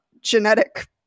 genetic